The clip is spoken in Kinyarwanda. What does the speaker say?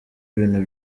ibintu